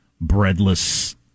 breadless